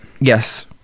Yes